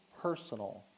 personal